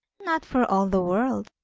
not for all the world,